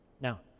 Now